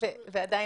וכו'